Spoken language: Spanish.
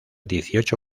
dieciocho